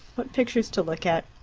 what pictures to look at.